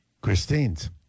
Christine's